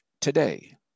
today